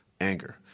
anger